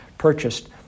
purchased